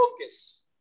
focus